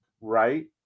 Right